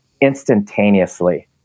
instantaneously